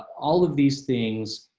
all of these things